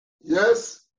Yes